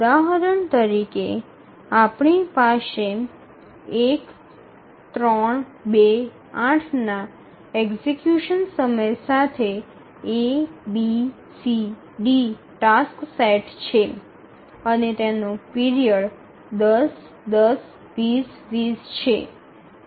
ઉદાહરણ તરીકે આપણી પાસે ૧ ૩ ૨ ૮ ના એક્ઝિકયુશન સમય સાથે A B C D task set છે અને તેમનો પીરિયડ ૧0 ૧0 ૨0 ૨0 છે